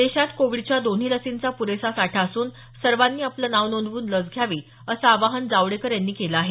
देशात कोविडच्या दोन्ही लसींचा पुरेसा साठा असून सर्वांनी आपलं नाव नोंदवून लस घ्यावी असं आवाहन जावडेकर यांनी केलं आहे